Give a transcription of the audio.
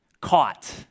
caught